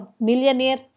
Millionaire